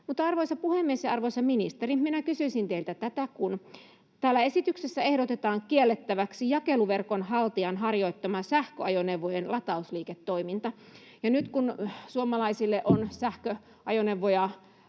Arvoisa puhemies! Arvoisa ministeri, minä kysyisin teiltä: Täällä esityksessä ehdotetaan kiellettäväksi jakeluverkonhaltijan harjoittama sähköajoneuvojen latausliiketoiminta. Nyt kun suomalaisille on sähköajoneuvoja